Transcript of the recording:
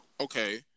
Okay